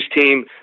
team